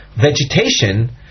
vegetation